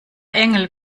engel